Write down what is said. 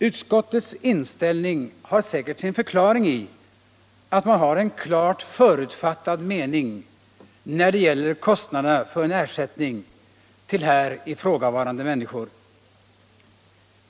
Utskottets inställning har säkert sin förklaring i att man har en klart förutfattad mening när det gäller kostnaderna för en ersättning till här ifrågavarande människor.